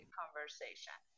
conversation